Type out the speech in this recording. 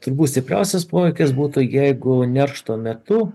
turbūt stipriausias poveikis būtų jeigu neršto metu